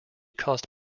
caused